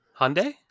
Hyundai